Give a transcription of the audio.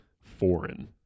foreign